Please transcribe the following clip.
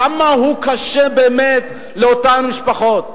כמה הוא קשה באמת לאותן משפחות.